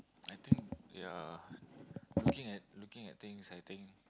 I think yeah looking at looking at things I think